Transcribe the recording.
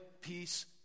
peace